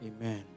Amen